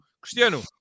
Cristiano